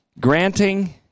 granting